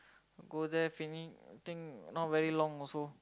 go there fill in thing not very long also